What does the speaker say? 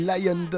Lion